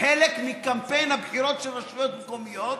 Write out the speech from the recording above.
חלק מקמפיין הבחירות של רשויות מקומיות,